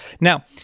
now